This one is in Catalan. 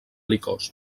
licors